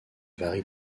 varie